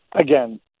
Again